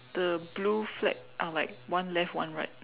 the blue flag are like one left one right